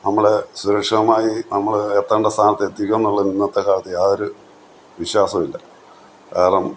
നമ്മളെ സുരക്ഷിതമായി നമ്മള് എത്തേണ്ട സ്ഥാനത്ത് എത്തിക്കുമെന്ന് ഉള്ളത് ഇന്നത്തെ കാലത്ത് യാതൊരു വിശ്വാസവുമില്ല അതുകാരണം